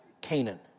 Canaan